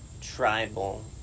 tribal